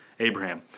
Abraham